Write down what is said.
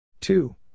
Two